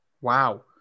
Wow